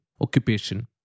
occupation